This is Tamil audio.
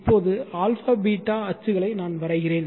இப்போது α β அச்சுகளை நான் வரைகிறேன்